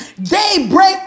daybreak